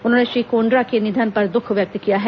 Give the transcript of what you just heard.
उन्होंने श्री कोण्ड्रा के निधन पर दूख व्यक्त किया है